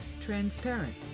transparent